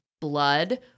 blood